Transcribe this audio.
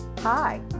Hi